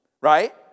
right